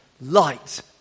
light